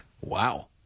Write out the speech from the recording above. Wow